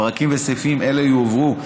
פרקים וסעיפים אלה יועברו,